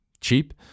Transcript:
cheap